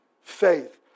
Faith